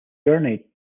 journey